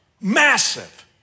Massive